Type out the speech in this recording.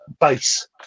base